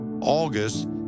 August